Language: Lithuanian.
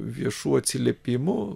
viešų atsiliepimų